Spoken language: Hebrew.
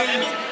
לכן,